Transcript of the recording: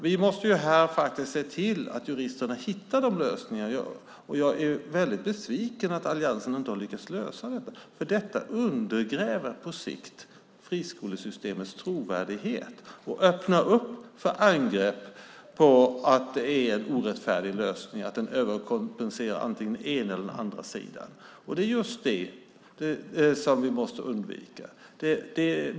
Vi måste faktiskt se till att juristerna hittar lösningar, och jag är väldigt besviken över att alliansen inte har lyckats med det, för det undergräver på sikt friskolesystemets trovärdighet och öppnar för angrepp som går ut på att det är en orättfärdig lösning som överkompenserar antingen den ena eller den andra sidan. Det är just det vi måste undvika.